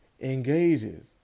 engages